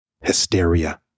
hysteria